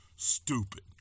Stupid